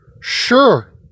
Sure